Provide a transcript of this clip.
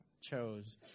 chose